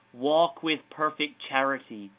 walk with perfect charity,